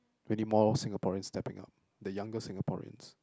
we need more Singaporeans stepping up the younger Singaporeans